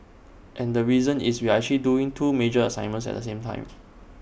and the reason is we are actually doing two major assignments at the same time